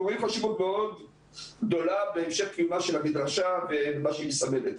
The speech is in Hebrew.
אנחנו רואים חשיבות מאוד גדולה בהמשך קיומה של המדרשה ומה שהיא מסמלת.